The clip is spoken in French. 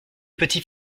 petit